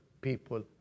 people